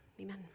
amen